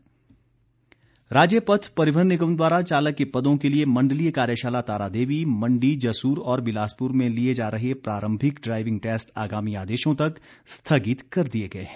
निगम राज्य पथ परिवहन निगम द्वारा चालक के पदों के लिए मंडलीय कार्यशाला तारादेवी मंडी जसूर और बिलासपुर में लिए जा रहे प्रारम्भिक ड्राईविंग टैस्ट आगामी आदेशों तक स्थगित कर दिए गए हैं